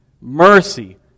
mercy